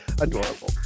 Adorable